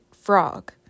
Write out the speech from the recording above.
frog